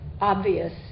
obvious